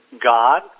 god